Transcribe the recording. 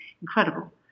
incredible